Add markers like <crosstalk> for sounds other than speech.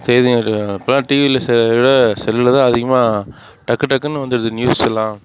செய்தி <unintelligible> இப்போலாம் டிவில் விட செல்லில் தான் அதிகமாக டக்கு டக்குன்னு வந்துடுது நியூஸெல்லாம்